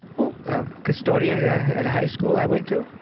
well, a custodian yeah at a high school i went to.